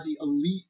elite